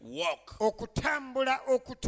walk